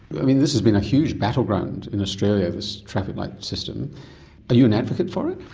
i mean this has been a huge battleground in australia, this traffic light system are you an advocate for it?